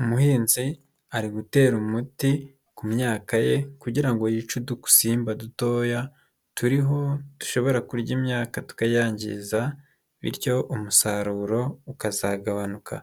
Umuhinzi ari gutera umuti ku myaka ye, kugira ngo yice udusimba dutoya turiho dushobora kurya imyaka tukayangiza, bityo umusaruro ukazagabanuka,